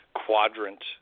quadrant